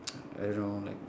I don't know like